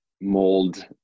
mold